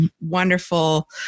wonderful